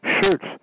Shirts